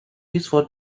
useful